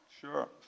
Sure